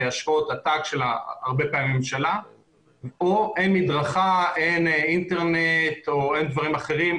או אין מדרכה, אין אינטרנט או אין דברים אחרים.